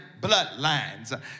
bloodlines